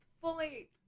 fully